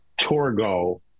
Torgo